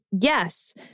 yes